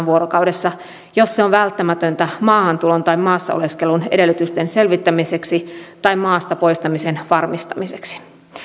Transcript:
vuorokaudessa jos se on välttämätöntä maahantulon tai maassa oleskelun edellytysten selvittämiseksi tai maasta poistamisen varmistamiseksi